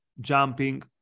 jumping